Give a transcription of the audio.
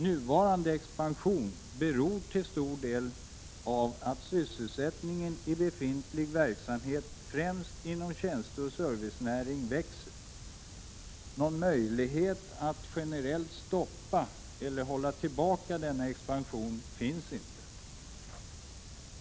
Nuvarande expansion beror till stor del av att sysselsättningen i befintlig verksamhet främst inom tjänsteoch servicenäring växer. Någon möjlighet att generellt stoppa eller hålla tillbaka denna expansion finns inte.